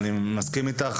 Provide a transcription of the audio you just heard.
אני מסכים איתך.